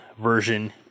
version